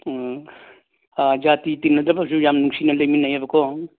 ꯎꯝ ꯖꯥꯇꯤ ꯇꯤꯟꯅꯗꯕꯁꯨ ꯌꯥꯝ ꯅꯨꯡꯁꯤꯅ ꯂꯩꯃꯤꯟꯅꯩꯌꯦꯕꯀꯣ